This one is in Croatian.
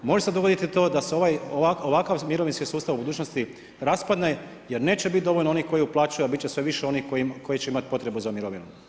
Može se dogoditi i to da se ovakav mirovinski sustav u budućnosti raspadne jer neće biti dovoljno onih koji uplaćuju a bit će sve više onih koji će imati potrebu za mirovinom.